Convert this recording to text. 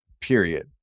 period